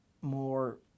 more